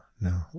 no